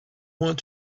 want